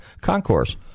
Concourse